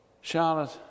Charlotte